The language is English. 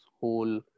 whole